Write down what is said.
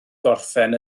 gorffen